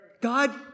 God